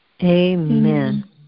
amen